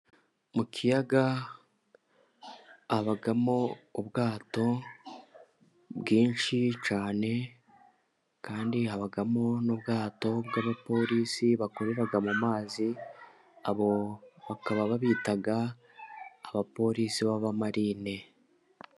Mu kiyaga habamo ubwato bwinshi cyane kandi habamo n'ubwato bw'abapolisi bakorera mu mazi abo bakaba babita abapolisi b'abamarine.